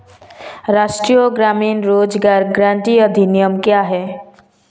राष्ट्रीय ग्रामीण रोज़गार गारंटी अधिनियम क्या है?